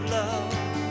love